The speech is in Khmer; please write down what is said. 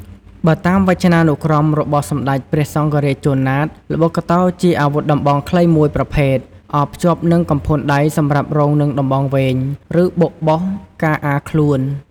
បើតាមវចនានុក្រមរបស់សម្តេចព្រះសង្ឈរាជ ជួន ណាត ល្បុក្កតោជាអាវុធដំបងខ្លីមួយប្រភេទអបភ្ជាប់នឹងកំផួនដៃសម្រាប់រងនឹងដំបងវែង ឬបុកបុះការអារខ្លួន។